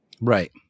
Right